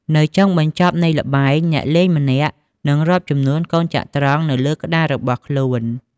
នៅចុងបញ្ចប់នៃល្បែង អ្នកលេងម្នាក់នឹងរាប់ចំនួនកូនចត្រង្គនៅលើក្ដាររបស់ខ្លួន។